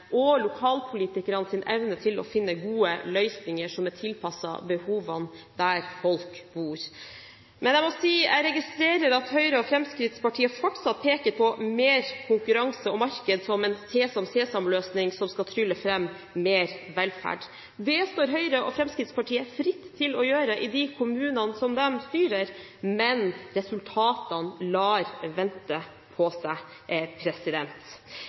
evne til å finne gode løsninger som er tilpasset behovene der folk bor. Men jeg registrerer at Høyre og Fremskrittspartiet fortsatt peker på mer konkurranse og marked som en sesam-sesam-løsning som skal trylle fram mer velferd. Det står Høyre og Fremskrittspartiet fritt til å gjøre i de kommunene som de styrer, men resultatene lar vente på seg.